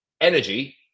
energy